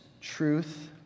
truth